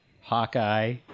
hawkeye